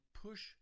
push